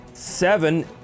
Seven